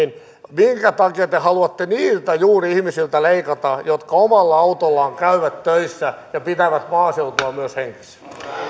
minkä takia te haluatte juuri niiltä ihmisiltä leikata jotka omalla autollaan käyvät töissä ja pitävät maaseutua myös hengissä